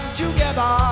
together